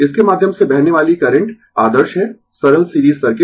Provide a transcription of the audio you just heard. इसके माध्यम से बहने वाली करंट आदर्श है सरल सीरीज सर्किट